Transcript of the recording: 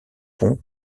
ponts